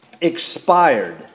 expired